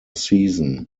season